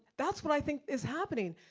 that's what i think is happening.